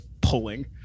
pulling